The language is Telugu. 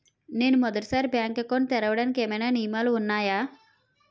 నేను మొదటి సారి బ్యాంక్ అకౌంట్ తెరవడానికి ఏమైనా నియమాలు వున్నాయా?